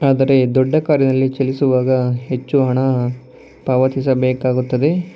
ಆದರೆ ದೊಡ್ಡ ಕಾರಿನಲ್ಲಿ ಚಲಿಸುವಾಗ ಹೆಚ್ಚು ಹಣ ಪಾವತಿಸಬೇಕಾಗುತ್ತದೆ